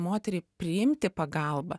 moteriai priimti pagalbą